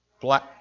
Black